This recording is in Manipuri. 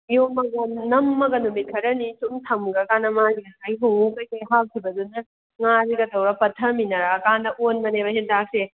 ꯌꯣꯝꯃꯒ ꯅꯝꯃꯒ ꯅꯨꯃꯤꯠ ꯈꯔꯅꯤ ꯁꯨꯝ ꯊꯝꯈ꯭ꯔꯀꯥꯟꯗ ꯃꯥꯁꯦ ꯉꯁꯥꯏꯒꯤ ꯍꯣꯡꯉꯨ ꯀꯩꯀꯩ ꯍꯥꯞꯈꯤꯕꯗꯨꯅ ꯉꯥꯁꯤꯒ ꯇꯧꯔ ꯄꯠꯊꯃꯤꯟꯅꯔꯛꯑꯀꯥꯟꯗ ꯑꯣꯟꯕꯅꯦꯕ ꯍꯦꯟꯇꯥꯛꯁꯦ